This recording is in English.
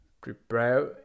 Prepare